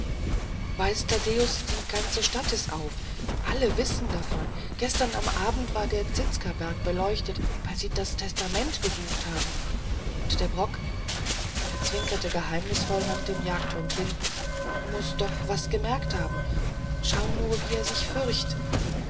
weißt d taddäus die ganze stadt is auf alle wissen davon gestern am abend war der zizkaberg beleuchtet weil sie das testament gesucht haben und der brock er zwinkerte geheimnisvoll nach dem jagdhund hin muß doch was gmerkt haben schau nur wie er sich fürcht